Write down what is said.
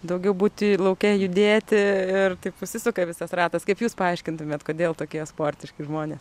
daugiau būti lauke judėti ir taip užsisuka visas ratas kaip jūs paaiškintumėt kodėl tokie sportiški žmonės